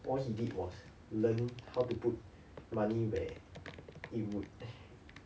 all he did was learn how to put money in that it would